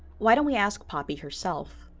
why don't we ask poppy herself?